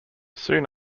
soon